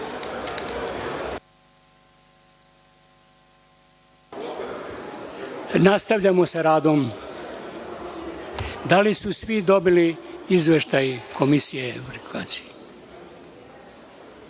Nastavljamo sa radom. Da li su svi dobili Izveštaj Komisije o verifikaciji?